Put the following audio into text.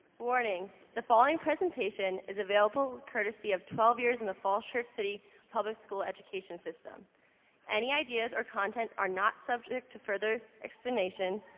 warning the following presentation is available courtesy of twelve years in the falls church city public school education system any ideas or content are not subject to further explanation,